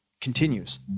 continues